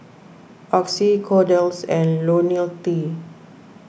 Oxy Kordel's and Ionil T